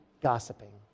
gossiping